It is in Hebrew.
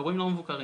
אירועים לא מבוקרים.